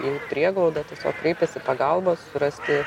į prieglaudą kreipėsi pagalbos surasti